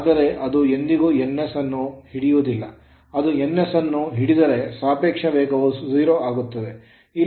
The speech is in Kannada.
ಆದರೆ ಅದು ಎಂದಿಗೂ ns ಅನ್ನು ಹಿಡಿಯುವುದಿಲ್ಲ ಅದು ns ಅನ್ನು ಹಿಡಿದರೆ ಸಾಪೇಕ್ಷ ವೇಗವು 0 ಆಗುತ್ತದೆ